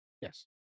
Yes